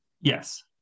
yes